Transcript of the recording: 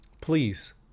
please